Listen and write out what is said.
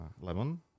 lemon